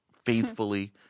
faithfully